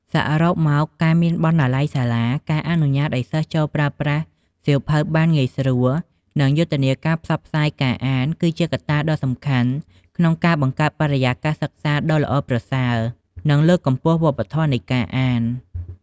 សរុបមក ការមានបណ្ណាល័យសាលា ការអនុញ្ញាតឱ្យសិស្សចូលប្រើប្រាស់សៀវភៅបានងាយស្រួល និងយុទ្ធនាការផ្សព្វផ្សាយការអាន គឺជាកត្តាដ៏សំខាន់ក្នុងការបង្កើតបរិយាកាសសិក្សាដ៏ល្អប្រសើរ និងលើកកម្ពស់វប្បធម៌នៃការអាន។